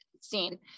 seen